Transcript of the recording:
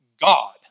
God